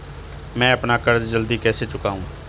मैं अपना कर्ज जल्दी कैसे चुकाऊं?